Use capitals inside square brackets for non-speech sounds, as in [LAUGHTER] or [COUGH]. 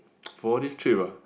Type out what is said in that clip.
[NOISE] for all this trip ah